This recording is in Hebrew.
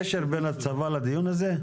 יש קשר בין הצבא לדיון הזה?